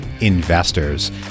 investors